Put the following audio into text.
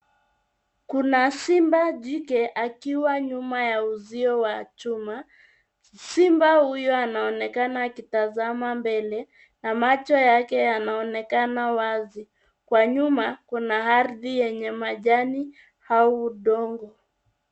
Kuna simba jike akiwa nyuma ya uzio wa chuma. Simba huyu anaonekana akitazama mbele na macho yake yanaonekana wazi. Kwa nyuma kuna ardhi yenye majani au udongo.